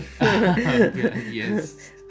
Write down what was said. Yes